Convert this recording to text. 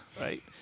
Right